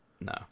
No